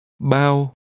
Bao